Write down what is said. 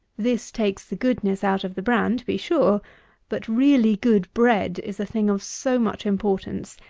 this takes the goodness out of the bran to be sure but really good bread is a thing of so much importance,